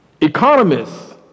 Economists